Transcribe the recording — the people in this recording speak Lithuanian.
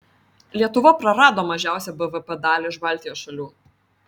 lietuva prarado mažiausią bvp dalį iš baltijos šalių